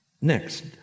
Next